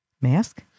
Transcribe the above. Mask